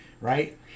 right